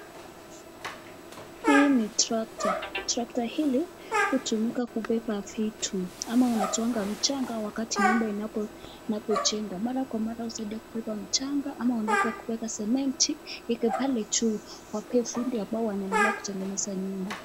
Hii ni [tractor]. [Tractor] hili hutumika kubeba vitu ama wanatoanga mchanga wakati nyumba inapojengwa. Mara kwa mara husaidia kubeba mchanga ama wanaweza kubeba sementi iko pale juu wapee fundi ambao wanaendekea kutengeneza nyumba.